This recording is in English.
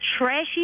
trashy